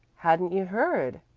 hadn't you heard?